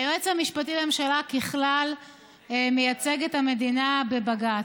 היועץ המשפטי לממשלה ככלל מייצג את המדינה בבג"ץ.